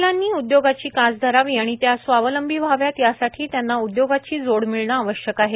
महिलांनी उदयोगाची कास धरावी आणि त्या स्वावलंबी व्हाव्यात यासाठी त्यांना उदयोगाची जोड मिळणे आवश्यक आहे